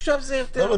עכשיו זה יותר --- למה?